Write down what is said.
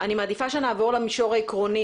--- אני מעדיפה שנעבור למישור העקרוני,